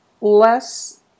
less